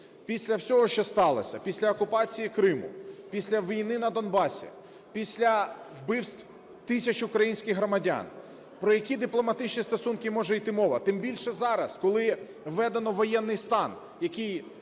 Після всього, що сталося: після окупації Криму, після війни на Донбасі, після вбивств тисяч українських громадян. Про які дипломатичні стосунки може іти мова? Тим більше зараз, коли введено воєнний стан, який,